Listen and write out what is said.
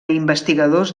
investigadors